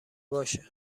باشه